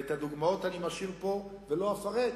ואת הדוגמאות אני משאיר פה ולא אפרט,